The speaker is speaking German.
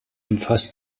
umfasst